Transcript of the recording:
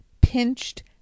pinched